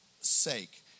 sake